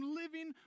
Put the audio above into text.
living